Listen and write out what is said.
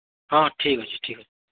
ହଁ ଠିକ୍ ଅଛି ଠିକ୍ ଅଛି